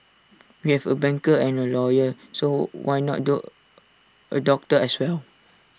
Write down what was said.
we have A banker and A lawyer so why not dot A doctor as well